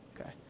Okay